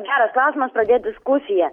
geras klausimas pradėt diskusiją